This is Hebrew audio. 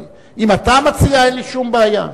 אם אתה המציע, אין לי שום בעיה.